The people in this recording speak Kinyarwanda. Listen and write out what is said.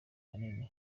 kanini